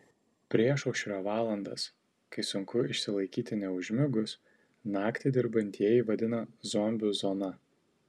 priešaušrio valandas kai sunku išsilaikyti neužmigus naktį dirbantieji vadina zombių zona